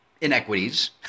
inequities